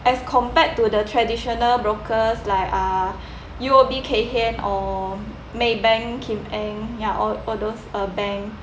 as compared to the traditional brokers like uh U_O_B Kay Hian or Maybank Kim Eng ya all all those uh bank